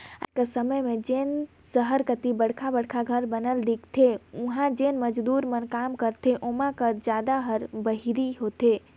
आएज कर समे में जेन सहर कती बड़खा बड़खा घर बनत दिखथें उहां जेन मजदूर मन काम करथे ओमा कर जादा ह बाहिरी होथे